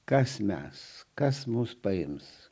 kas mes kas mus paims